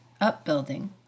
upbuilding